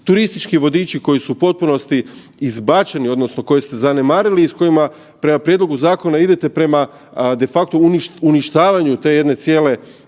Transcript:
turistički vodiči koji su u potpunosti izbačeni odnosno koje ste zanemarili i s kojima prema prijedlogu zakona idete prema de facto uništavanju te jedne cijele